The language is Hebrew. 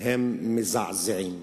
הם מזעזעים.